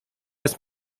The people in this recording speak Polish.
jest